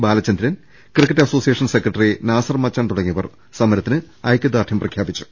Balachandran cricket association secretary Nasser Machan തുടങ്ങി യവർ സമരത്തിന് ഐകൃദാർഢൃം പ്രഖ്യാപിച്ചു